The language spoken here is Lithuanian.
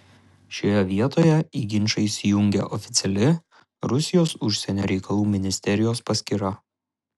šioje vietoje į ginčą įsijungė oficiali rusijos užsienio reikalų ministerijos paskyra